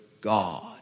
God